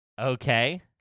Okay